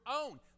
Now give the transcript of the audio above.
own